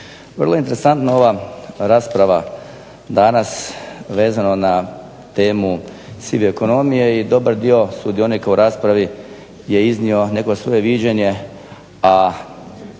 Vrlo interesanta je ova rasprava danas vezano na temu sive ekonomije i dobar dio sudionika u raspravi je iznio neko svoje viđenje,